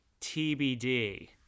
tbd